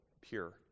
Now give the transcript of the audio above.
pure